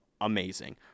amazing